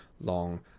long